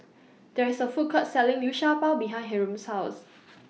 There IS A Food Court Selling Liu Sha Bao behind Hyrum's House